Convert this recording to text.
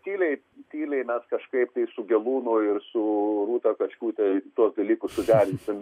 tyliai tyliai mes kažkaip tai su gelūnu ir su rūta kačkute tuos dalykus suderinsim